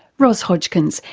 ros hodgkins,